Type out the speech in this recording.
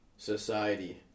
Society